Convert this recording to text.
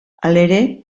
halere